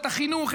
את החינוך,